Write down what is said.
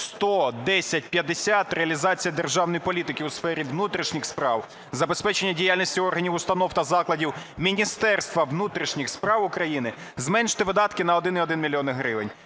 1001050 "Реалізація державної політики у сфері внутрішніх справ, забезпечення діяльності органів установ та закладів Міністерства внутрішніх справ України" зменшити видатки на 1,1 мільйона